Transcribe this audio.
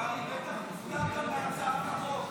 קרעי, בטח הופתעת מהצעת החוק.